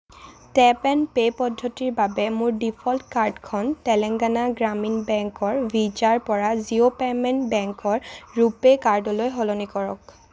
tap and pay পদ্ধতিৰ বাবে মোৰ ডিফ'ল্ট কাৰ্ডখন তেলেঙ্গানা গ্ৰামীণ বেংকৰ ভিছাৰ পৰা জিঅ' পে'মেণ্ট বেংকৰ ৰুপে কাৰ্ডলৈ সলনি কৰক